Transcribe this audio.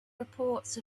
reports